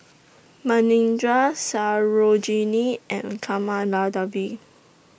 Manindra Sarojini and Kamaladevi